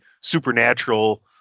supernatural